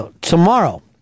Tomorrow